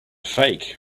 fake